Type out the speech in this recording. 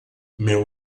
meu